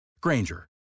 Granger